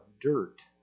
dirt